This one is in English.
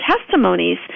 testimonies